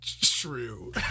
True